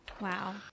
Wow